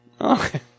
Okay